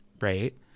right